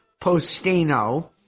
Postino